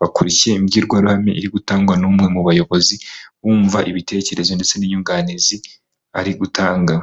bakurikiye imbyirwaruhame iri gutangwa n'umwe mu bayobozi bumva ibitekerezo ndetse n'inyuganizi ari gutanga.